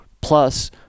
Plus